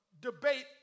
debate